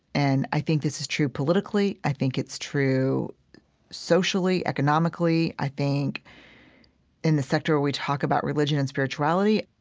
and i think this is true politically, i think it's true socially, economically, i think in the sector where we talk about religion and spirituality,